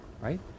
right